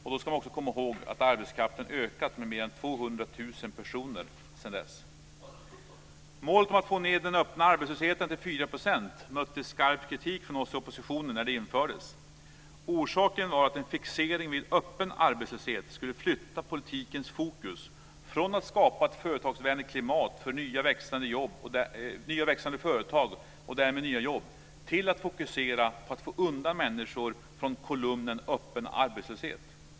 Då ska man också komma ihåg att arbetskraften ökat mer än 200 000 personer sedan dess. 4 % mötte skarp kritik från oss i oppositionen när det fastställdes. Orsaken var att en fixering vid öppen arbetslöshet skulle flytta politikens fokus från att skapa ett företagsvänligt klimat för nya växande företag och därmed nya jobb till att fokusera på att få undan människor från kolumnen öppen arbetslöshet.